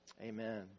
Amen